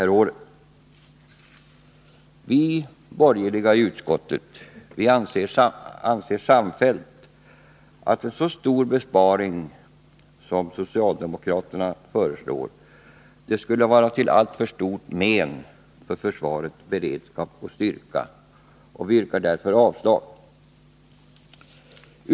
Vi mentets verksamborgerliga i utskottet anser samfällt att en så stor besparing som socialde — hetsområde mokraterna föreslår skulle vara till alltför stort men för försvarets beredskap och styrka. Vi avstyrker därför den socialdemokratiska motionen.